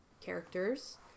characters